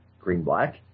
green-black